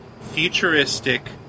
futuristic